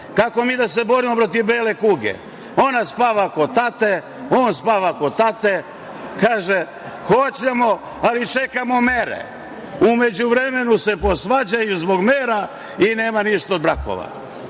Kako mi da se borimo protiv bele kuge? Ona spava kod tate, on spava kod tate, kaže – hoćemo, ali čekamo mere. U međuvremenu se posvađaju zbog mera i nema ništa od brakova.